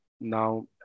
now